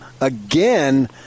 again